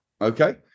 okay